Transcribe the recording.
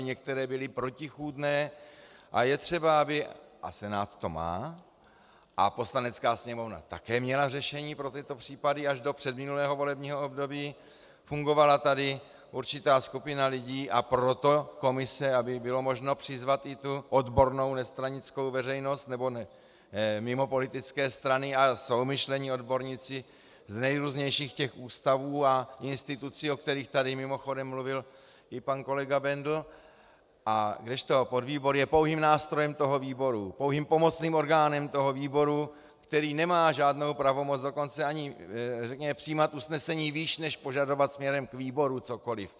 Některé byly protichůdné a je třeba, aby a Senát to má a Poslanecká sněmovna také měla řešení pro tyto případy až do předminulého volebního období, fungovala tady určitá skupina lidí, a proto komise, aby bylo možno přizvat i odbornou nestranickou veřejnost mimo politické strany, a jsou myšleni odborníci z nejrůznějších ústavů a institucí, o kterých tady mimochodem mluvil i pan kolega Bendl, kdežto podvýbor je pouhým nástrojem výboru, pouhým pomocným orgánem výboru, který nemá žádnou pravomoc, dokonce ani řekněme přijímat usnesení výš, než požadovat směrem k výboru cokoliv.